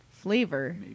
Flavor